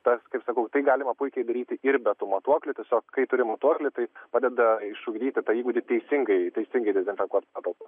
tas kaip sakau tai galima puikiai daryti ir be tų matuoklių tiesiog kai turi matuoklį tai padeda išugdyti tą įgūdį teisingai teisingai dezinfekuot patalpas